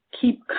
Keep